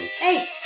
Hey